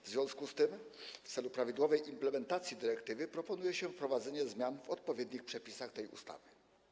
W związku z tym w celu prawidłowej implementacji dyrektywy proponuje się wprowadzenie zmian w odpowiednich przepisach tej ustawy.